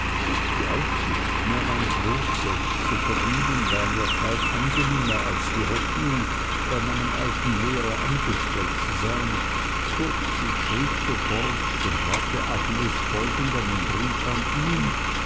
die aussicht mir mein brot selbst zu verdienen war mir kaum angenehmer als die hoffnung bei meinem alten lehrer angestellt zu sein kurz ich schrieb sofort dem rate agnes folgend einen brief an ihn